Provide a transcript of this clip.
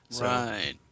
Right